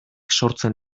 sortzen